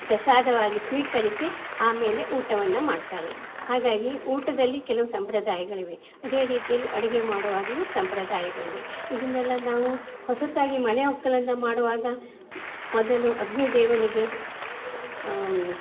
ಪ್ರಸಾದವಾಗಿ ಸ್ವೀಕರಿಸಿ ಆಮೇಲೆ ಊಟವನ್ನು ಮಾಡ್ತಾರೆ ಹಾಗಾಗಿ ಊಟದಲ್ಲಿ ಕೆಲವು ಸಂಪ್ರದಾಯಗಳಿವೆ ಅದೇ ರೀತಿಯಲ್ಲಿ ಅಡುಗೆ ಮಾಡುವಾಗ್ಲೂ ಸಂಪ್ರದಾಯಗಳಿವೆ ಇದನ್ನೆಲ್ಲ ನಾವು ಹೊಸತಾಗಿ ಮನೆ ಒಕ್ಕಲನ್ನ ಮಾಡುವಾಗ ಮೊದಲು ಅಗ್ನಿ ದೇವನಿಗೆ ಆಂ